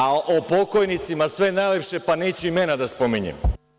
A o pokojnicima sve najlepše, pa neću imena da spominjem.